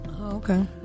Okay